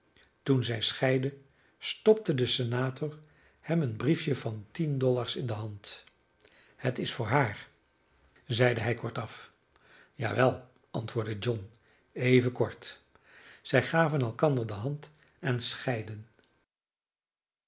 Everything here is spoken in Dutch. toen zij scheidden stopte de senator hem een briefje van tien dollars in de hand het is voor haar zeide hij kortaf ja wel antwoordde john even kort zij gaven elkander de hand en scheidden